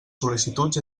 sol·licituds